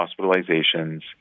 hospitalizations